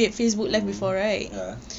um ya